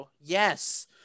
yes